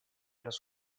los